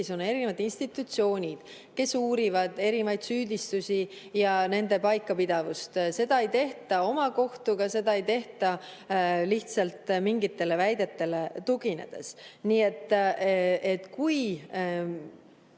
on erinevad institutsioonid, kes uurivad erinevaid süüdistusi ning nende paikapidavust. Seda ei tehta omakohtuga, seda ei tehta lihtsalt mingitele väidetele tuginedes. Nii et kui